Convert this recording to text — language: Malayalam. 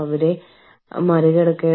അവരുടെ വിസ നില മാറിയേക്കാം